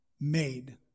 made